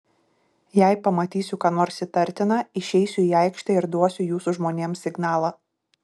jei pamatysiu ką nors įtartina išeisiu į aikštę ir duosiu jūsų žmonėms signalą